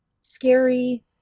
scary